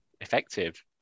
effective